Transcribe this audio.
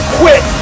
quit